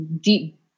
deep